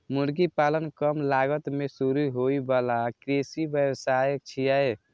मुर्गी पालन कम लागत मे शुरू होइ बला कृषि व्यवसाय छियै